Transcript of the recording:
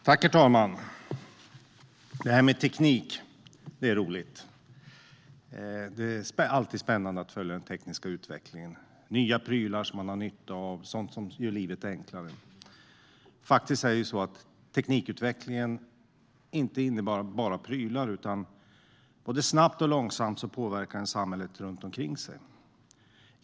Herr talman! Det här med teknik är roligt. Det är alltid spännande att följa den tekniska utvecklingen. Det är nya prylar som man har nytta av och sådant som gör livet enklare. Teknikutvecklingen innebär faktiskt inte bara prylar, utan både snabbt och långsamt påverkar den samhället runt omkring sig.